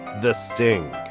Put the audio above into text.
the sting,